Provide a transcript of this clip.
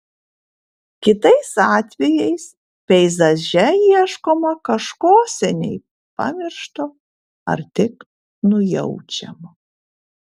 kitais atvejais peizaže ieškoma kažko seniai pamiršto ar tik nujaučiamo